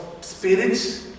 spirit